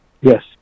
Yes